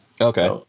okay